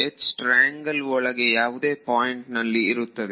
triangle ಒಳಗೆ ಯಾವುದೇ point ನಲ್ಲಿ ಇರುತ್ತದೆ